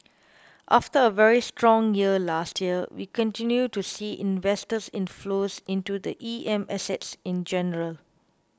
after a very strong year last year we continue to see investor inflows into the E M assets in general